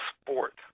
sport